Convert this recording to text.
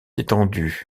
étendu